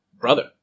brother